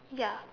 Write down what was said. ya